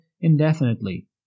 indefinitely